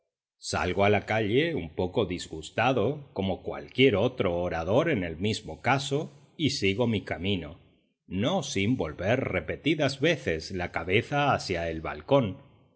salgo a la calle un poco disgustado como cualquier otro orador en el mismo caso y sigo mi camino no sin volver repetidas veces la cabeza hacia el balcón